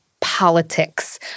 politics